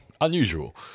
unusual